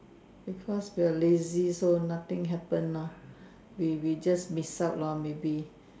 because we are lazy so nothing happen lah we we just miss out lah maybe